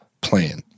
plan